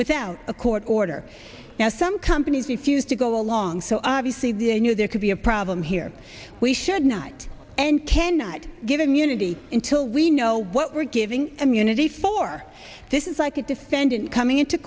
without a court order now some companies refuse to go along so obviously they knew there could be a problem here we should not and cannot give immunity in till we know what we're giving immunity for this is like a defendant coming into